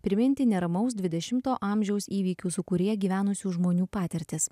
priminti neramaus dvidešimto amžiaus įvykių sūkuryje gyvenusių žmonių patirtis